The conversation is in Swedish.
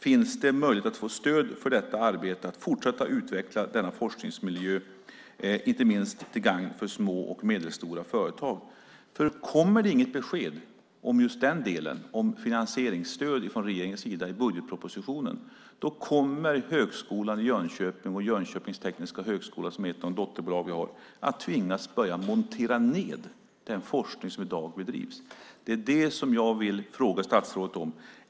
Finns det möjlighet att få stöd för detta arbete, för att fortsätta att utveckla denna forskningsmiljö, inte minst till gagn för små och medelstora företag? Kommer det inget besked om just finansieringsstöd från regeringens sida i budgetpropositionen kommer Högskolan i Jönköping och Jönköpings tekniska högskola, som är ett av de dotterbolag vi har, att tvingas börja montera ned den forskning som bedrivs i dag. Det är det som jag vill fråga statsrådet om.